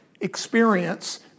experience